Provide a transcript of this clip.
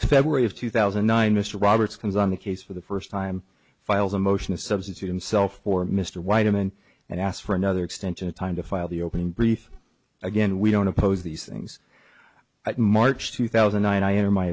february of two thousand and nine mr roberts comes on the case for the first time files a motion to substitute himself for mr white i'm in and ask for another extension of time to file the opening brief again we don't oppose these things at march two thousand and nine i enter my